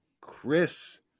Chris